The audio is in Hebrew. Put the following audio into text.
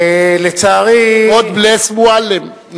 לצערי, God bless מועלם.